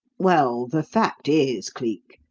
well, the fact is, cleek,